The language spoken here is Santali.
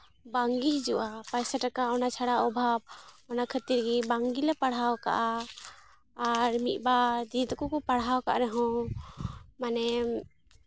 ᱵᱟᱝᱜᱮ ᱦᱤᱡᱩᱜᱼᱟ ᱯᱚᱭᱥᱟ ᱴᱟᱠᱟ ᱚᱱᱟ ᱪᱷᱟᱲᱟ ᱚᱵᱷᱟᱵᱽ ᱚᱱᱟ ᱠᱷᱟᱹᱛᱤᱨ ᱜᱮ ᱵᱟᱝ ᱜᱮᱞᱮ ᱯᱟᱲᱦᱟᱣ ᱠᱟᱜᱼᱟ ᱟᱨ ᱢᱤᱫ ᱵᱟᱨ ᱫᱤᱫᱤ ᱛᱟᱠᱚ ᱯᱟᱲᱦᱟᱣ ᱠᱟᱜ ᱨᱮᱦᱚᱸ ᱢᱟᱱᱮ